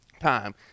time